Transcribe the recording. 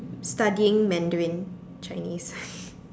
studying Mandarin Chinese